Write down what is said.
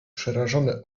przerażone